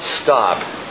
stop